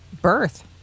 birth